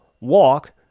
walk